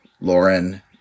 Lauren